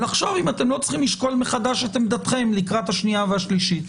לחשוב אם אתם לא צריכים לשקול מחדש את עמדתכם לקראת השנייה והשלישית.